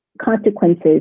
consequences